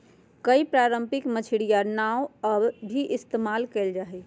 कई पारम्परिक मछियारी नाव अब भी इस्तेमाल कइल जाहई